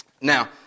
Now